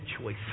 choice